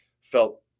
felt